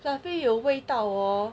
fluffy 有味道 hor